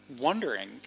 wondering